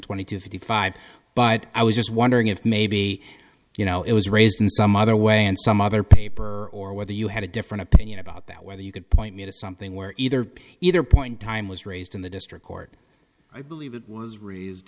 twenty to fifty five but i was just wondering if maybe you know it was raised in some other way and some other paper or whether you had a different ip whether you could point me to something where either either point time was raised in the district court i believe it was raised